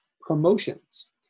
promotions